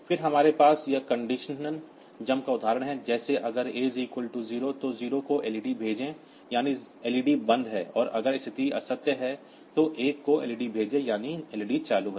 फिर हमारे पास यह कंडीशन जंप का उदाहरण है जैसे अगर A 0 तो 0 को एलईडी भेजें यानी एलईडी बंद है और अगर स्थिति असत्य है तो 1 को एलईडी भेजें यानी एलईडी चालू है